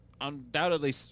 undoubtedly